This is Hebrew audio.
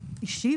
אישי,